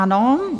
Ano.